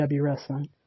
wrestling